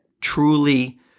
truly